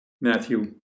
Matthew